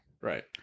Right